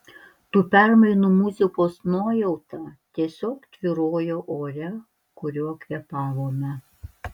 tų permainų muzikos nuojauta tiesiog tvyrojo ore kuriuo kvėpavome